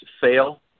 fail